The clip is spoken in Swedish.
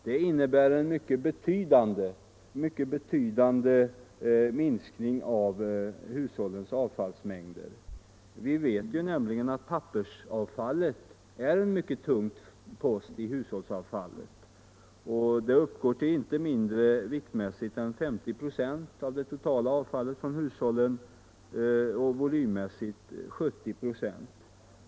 Det innebär en mycket betydande minskning av hushållens avfallsmängder. Vi vet nämligen att pappersavfallet är en mycket tung post i hushållsavfallet. Det uppgår viktmässigt till inte mindre än 50 96 av det totala avfallet från hushållen, och volymmässigt till 70 96.